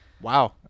Wow